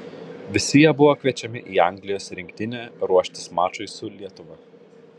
visi jie buvo kviečiami į anglijos rinktinę ruoštis mačui su lietuva